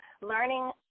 learning